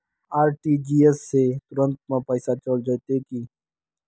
RTGS से तुरंत में पैसा चल जयते की?